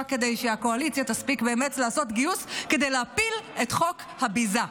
כדי שהקואליציה תספיק באמת לעשות גיוס כדי להפיל את חוק הביזה.